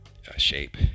shape